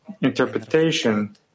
interpretation